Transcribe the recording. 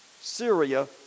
Syria